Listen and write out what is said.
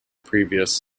previous